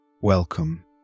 Welcome